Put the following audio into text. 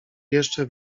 jeszcze